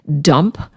dump